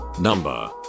Number